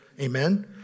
Amen